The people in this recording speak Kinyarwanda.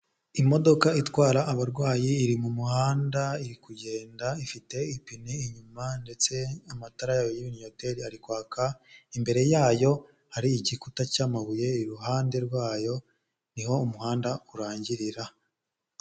Imodoka itwara abarwayi iri mu muhanda, iri kugenda, ifite ipine inyuma ndetse amatara yayo y'ibinnyoteri ari kwaka, imbere yayo hari igikuta cy'amabuye, iruhande rwayo ni ho umuhanda urangirira.